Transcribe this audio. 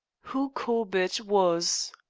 who corbett was